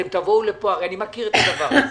אני מכיר את הדבר הזה.